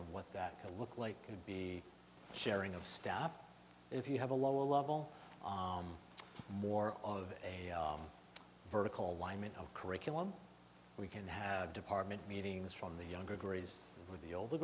and what that could look like could be sharing of stuff if you have a lower level more of a vertical line of curriculum we can have department meetings from the younger agrees with the older